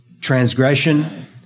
Transgression